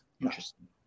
Interesting